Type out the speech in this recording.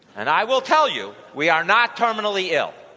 and i will tell you, we are not terminally ill.